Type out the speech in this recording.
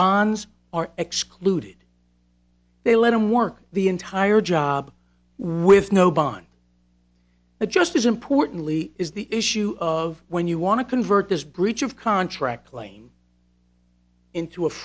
bonds are excluded they let him work the entire job with no bond but just as importantly is the issue of when you want to convert this breach of contract claim into a